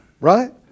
right